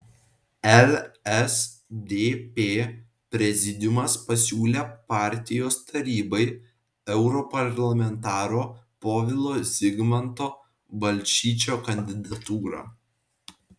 lsdp prezidiumas pasiūlė partijos tarybai europarlamentaro povilo zigmanto balčyčio kandidatūrą